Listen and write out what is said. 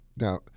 now